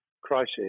crisis